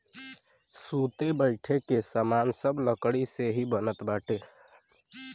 सुते बईठे के सामान सब लकड़ी से ही बनत बाटे